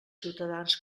ciutadans